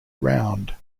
round